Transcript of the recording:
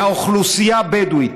מהאוכלוסייה הבדואית,